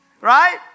right